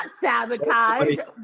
sabotage